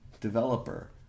developer